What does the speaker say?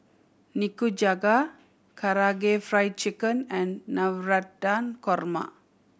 Nikujaga Karaage Fried Chicken and Navratan Korma